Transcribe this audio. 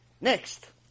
Next